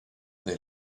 they